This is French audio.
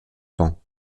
pans